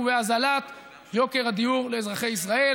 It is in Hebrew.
ובהוזלת הדיור לאזרחי ישראל.